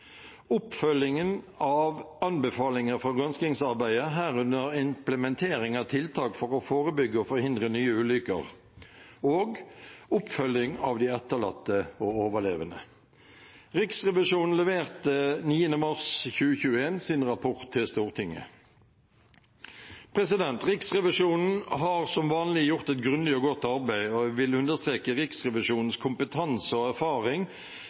oppfølgingen av anbefalinger fra granskingsarbeidet, herunder implementering av tiltak for å forebygge og forhindre nye ulykker, og oppfølging av de etterlatte og overlevende. Riksrevisjonen leverte 9. mars 2021 sin rapport til Stortinget. Riksrevisjonen har som vanlig gjort et grundig og godt arbeid, og jeg vil understreke Riksrevisjonens kompetanse og erfaring